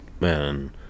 man